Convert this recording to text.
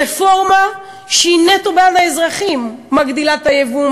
רפורמה שהיא נטו בעד האזרחים: מגדילה את היבוא,